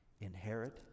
inherit